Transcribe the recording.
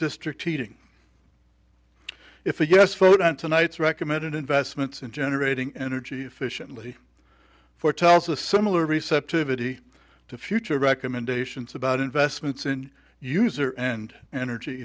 district heating if a yes vote on tonight's recommended investments in generating energy efficiently foretells a similar receptivity to future recommendations about investments in user and energy